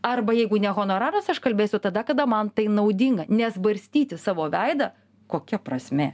arba jeigu ne honoraras aš kalbėsiu tada kada man tai naudinga nes barstyti savo veidą kokia prasmė